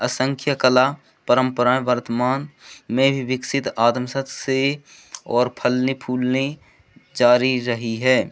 असंख्य कला परम्पराएँ वर्तमान में ही विकसित आदम सस से और फलने फूलने जारी रही है